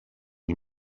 die